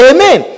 Amen